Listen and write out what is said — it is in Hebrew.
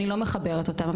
אני לא מחברת אותם,